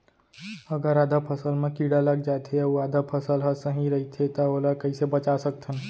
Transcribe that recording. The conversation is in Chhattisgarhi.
अगर आधा फसल म कीड़ा लग जाथे अऊ आधा फसल ह सही रइथे त ओला कइसे बचा सकथन?